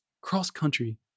cross-country